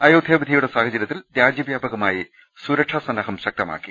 അയോധ്യ വിധിയുടെ സാഹചര്യത്തിൽ രാജ്യവ്യാപകമായി സുരക്ഷാസ ന്നാഹം ശക്തമാക്കി